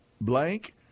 blank